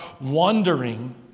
wandering